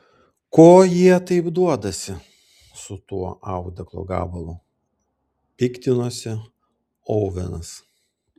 ko jie taip duodasi su tuo audeklo gabalu piktinosi ovenas